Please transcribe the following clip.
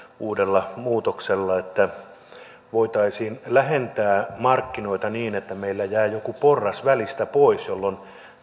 uudella muutoksella voitaisiin lähentää markkinoita niin että meillä jää joku porras välistä pois jolloin